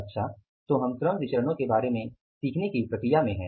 अच्छा तो हम श्रम विचरणो के बारे में सीखने की प्रक्रिया में हैं